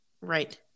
Right